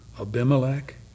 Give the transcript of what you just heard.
Abimelech